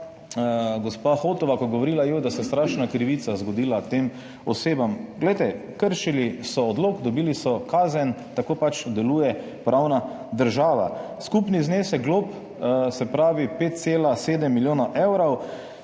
gospa Hotova, je govorila, joj, da se je strašna krivica zgodila tem osebam. Glejte, kršili so odlok, dobili so kazen, tako pač deluje pravna država. Skupni znesek glob 5,7 milijona evrov.